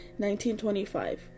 1925